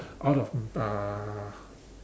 out of uh